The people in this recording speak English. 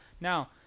Now